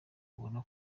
ubona